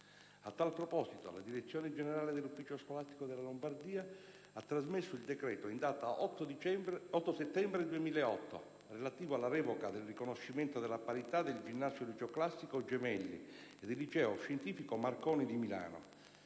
A tal proposito, la Direzione generale dell'ufficio scolastico della Lombardia ha trasmesso il decreto in data 8 settembre 2008, relativo alla revoca del riconoscimento della parità del ginnasio liceo classico «P. A. Gemelli» e del liceo scientifico «G. Marconi» di Milano.